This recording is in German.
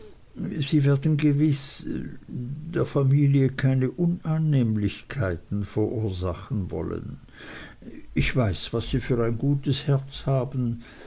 sie werden gewiß der familie keine unannehmlichkeiten verursachen wollen ich weiß was sie für ein gutes herz haben